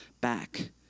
back